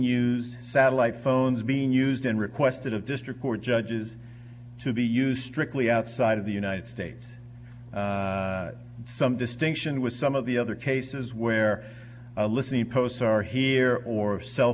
used satellite phones being used and requested of district court judges to be used directly outside of the united states some distinction with some of the other cases where a listening posts are here or cell